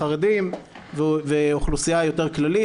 חרדים ואוכלוסייה היותר כללית.